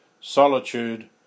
solitude